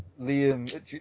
Liam